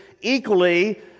equally